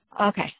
Okay